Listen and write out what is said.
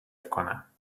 کنم